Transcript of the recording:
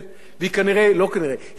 היא לא תמשיך בכנסת הבאה,